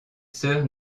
sœurs